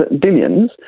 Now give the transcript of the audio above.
billions